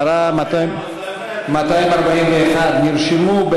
שמספרה 241. אפשר שאלה נוספת?